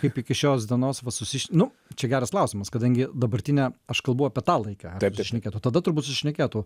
kaip iki šios dienos va susi nu čia geras klausimas kadangi dabartine aš kalbu apie tą laiką ar susišnekėtų tada turbūt susišnekėtų